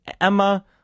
Emma